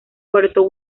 puerto